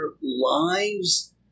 lives